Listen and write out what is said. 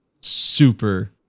super